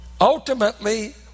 Ultimately